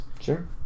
Sure